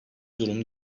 durum